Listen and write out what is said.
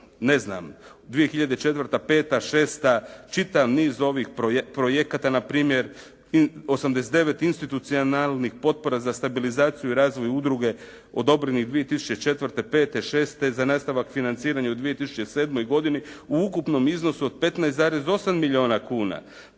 ne znam, 2004., 2005., 2006. čitav niz ovih projekata npr. 89 institucionalnih potpora za stabilizaciju i razvoj udruge odobrenih 2004., 2005., 2006. za nastavak financiranja u 2007. godini u ukupnom iznosu od 15,8 milijuna kuna.